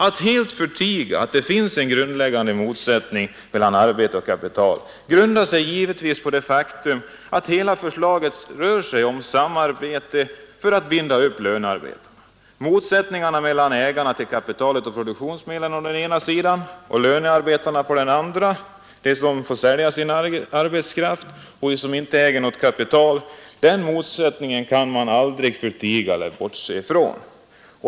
Att man helt förtiger att det finns en grundläggande motsättning mellan kapital och arbete beror givetvis på att hela förslaget går ut på samarbete för att binda upp lönarbetarna. Motsättningen mellan ägarna till kapitalet och produktionsmedlen, å ena, och lönearbetarna som får sälja sin arbetskraft och inte äger något kapital, å andra sidan, kan man aldrig förtiga eller bortse ifrån.